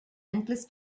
endless